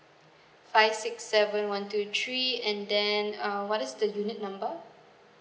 five six seven one two three and then um what's the unit number